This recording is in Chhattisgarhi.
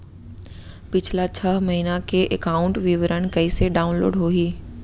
पिछला छः महीना के एकाउंट विवरण कइसे डाऊनलोड होही?